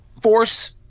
force